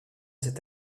cette